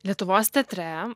lietuvos teatre